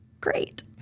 great